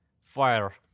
fire